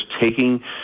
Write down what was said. taking